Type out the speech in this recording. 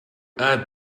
add